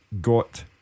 got